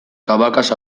cabacas